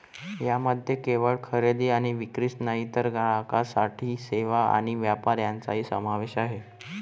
यामध्ये केवळ खरेदी आणि विक्रीच नाही तर ग्राहकांसाठी सेवा आणि व्यापार यांचाही समावेश आहे